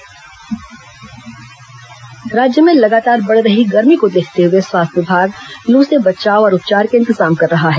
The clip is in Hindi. लू बचाव राज्य में लगातार बढ़ रही गर्मी को देखते हुए स्वास्थ्य विभाग लू से बचाव और उपचार के इंतजाम कर रहा है